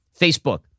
Facebook